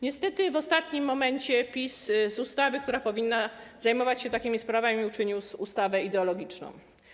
Niestety PiS w ostatnim momencie z ustawy, która powinna zajmować się takimi sprawami, uczynił ustawę ideologiczną.